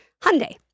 Hyundai